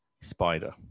spider